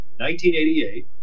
1988